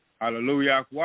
Hallelujah